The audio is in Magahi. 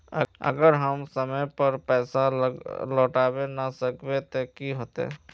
अगर हम समय पर पैसा लौटावे ना सकबे ते की होते?